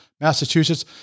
Massachusetts